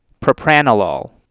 Propranolol